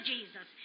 Jesus